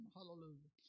Hallelujah